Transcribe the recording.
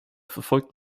verfolgt